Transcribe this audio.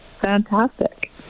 fantastic